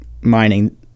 mining